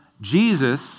Jesus